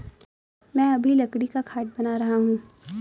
मैं अभी लकड़ी का खाट बना रहा हूं